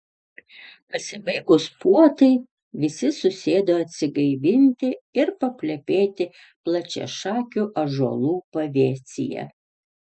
pasibaigus puotai visi susėdo atsigaivinti ir paplepėti plačiašakių ąžuolų pavėsyje